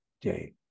day